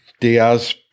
Diaz